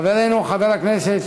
חברנו חבר הכנסת